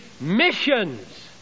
missions